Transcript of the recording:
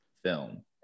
film